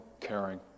caring